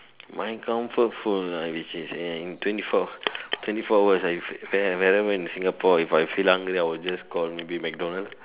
my comfort food ah which is in twenty four twenty four hours but than but than in Singapore if I feel hungry maybe I will just call McDonalds